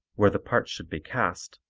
where the parts should be cast,